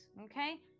Okay